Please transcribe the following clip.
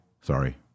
Sorry